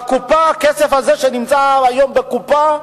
והכסף הזה שנמצא היום בקופה,